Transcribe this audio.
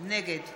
נגד